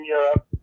Europe